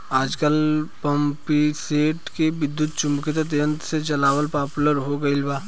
आजकल पम्पींगसेट के विद्युत्चुम्बकत्व यंत्र से चलावल पॉपुलर हो गईल बा